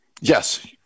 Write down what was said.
Yes